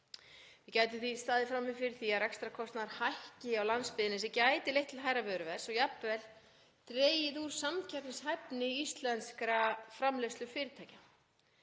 Við gætum því staðið frammi fyrir því að rekstrarkostnaður hækki á landsbyggðinni sem gæti leitt til hærra vöruverðs og jafnvel dregið úr samkeppnishæfni íslenskra framleiðslufyrirtækja.